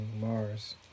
Mars